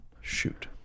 Shoot